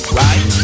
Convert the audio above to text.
right